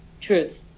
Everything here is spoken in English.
Truth